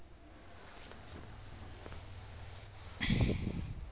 देस के जादातर उद्योग ह किसानी के भरोसा ही चलत हे